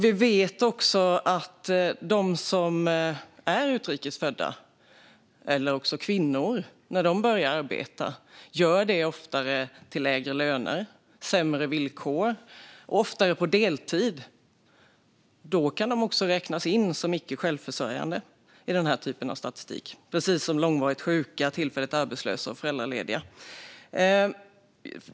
Vi vet att utrikes födda kvinnor som börjar arbeta ofta gör detta till lägre lön, sämre villkor och på deltid. Då kan de räknas in som icke självförsörjande i den typen av statistik, precis som långvarigt sjuka, tillfälligt arbetslösa och föräldralediga.